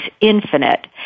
infinite